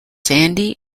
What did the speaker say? sandy